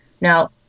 Now